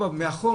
החום,